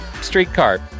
streetcar